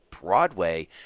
broadway